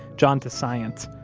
john to science.